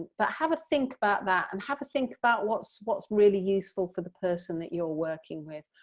but have a think about that, and have a think about what's what's really useful for the person that you're working with.